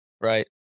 right